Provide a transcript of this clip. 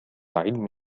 علم